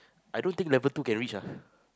I don't think level two can reach lah